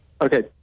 Okay